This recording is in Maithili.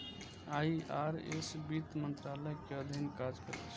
आई.आर.एस वित्त मंत्रालय के अधीन काज करै छै